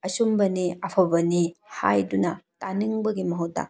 ꯑꯆꯨꯝꯕꯅꯤ ꯑꯐꯕꯅꯤ ꯍꯥꯏꯗꯨꯅ ꯇꯥꯅꯤꯡꯕꯒꯤ ꯃꯍꯨꯠꯇ